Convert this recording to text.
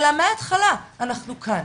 אלא מההתחלה אנחנו כאן.